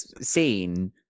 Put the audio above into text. scene